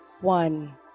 one